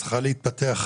צריכה להתפתח,